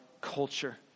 culture